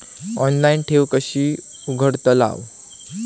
Online ठेव कशी उघडतलाव?